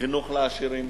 חינוך לעשירים,